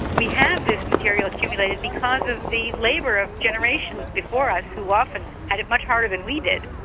we have this material accumulated because of the labour of generations before us who often had it much harder than we did,